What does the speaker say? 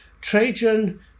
Trajan